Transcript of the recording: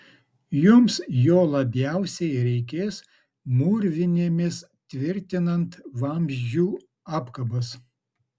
jums jo labiausiai reikės mūrvinėmis tvirtinant vamzdžių apkabas